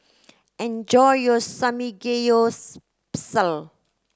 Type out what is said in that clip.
enjoy your